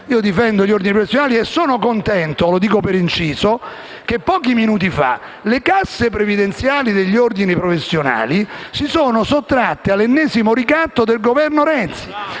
Io difendo gli ordini professionali e sono contento - lo dico per inciso - che pochi minuti fa le casse previdenziali degli ordini professionali si siano sottratte all'ennesimo ricatto del Governo Renzi